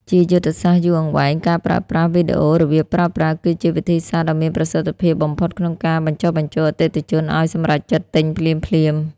ជាយុទ្ធសាស្ត្រយូរអង្វែង ការប្រើប្រាស់ វីដេអូរបៀបប្រើប្រាស់គឺជាវិធីសាស្ត្រដ៏មានប្រសិទ្ធភាពបំផុតក្នុងការបញ្ចុះបញ្ចូលអតិថិជនឱ្យសម្រេចចិត្តទិញភ្លាមៗ។